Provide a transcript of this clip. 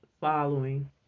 following